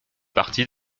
partie